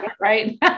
right